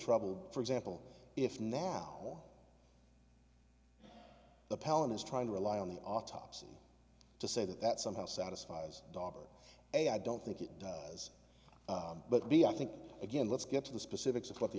troubled for example if now the palin is trying to rely on the autopsy to say that that somehow satisfies dawber a i don't think it was but b i think again let's get to the specifics of what the